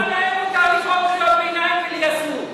למה להם מותר לקרוא קריאת ביניים ולי אסור?